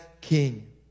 king